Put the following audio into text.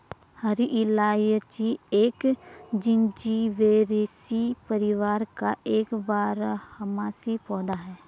हरी इलायची एक जिंजीबेरेसी परिवार का एक बारहमासी पौधा है